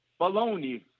baloney